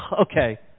okay